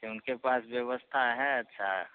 अच्छा उनके पास व्यवस्था है अच्छी